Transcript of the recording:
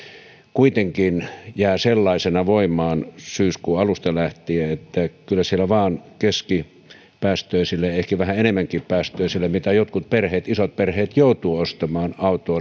kuitenkin jää sellaisena voimaan syyskuun alusta lähtien että kyllä siellä vaan keskipäästöisillä ja ehkä vähän enempipäästöisilläkin autoilla mitä jotkut isot perheet joutuvat ostamaan